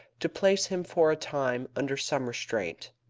to place him for a time under some restraint.